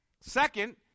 Second